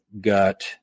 got